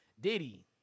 Diddy